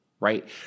Right